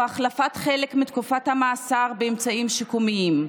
או חלק מתקופת המאסר באמצעים שיקומיים,